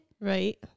Right